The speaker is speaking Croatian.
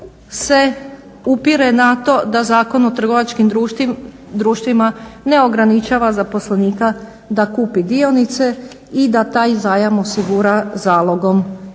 se upire na to da Zakon o trgovačkim društvima ne ograničava zaposlenika da kupi dionice i da taj zajam osigura zalogom